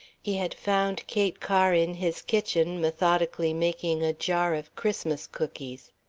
he had found kate kerr in his kitchen methodically making a jar of christmas cookies.